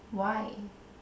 why